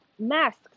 masks